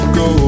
go